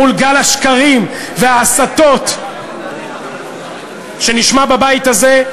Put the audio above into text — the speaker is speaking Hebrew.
מול גל השקרים וההסתות שנשמע בבית הזה,